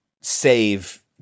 save